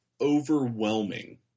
overwhelming